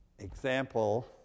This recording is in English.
Example